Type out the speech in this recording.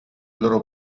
loro